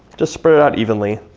just spread it out evenly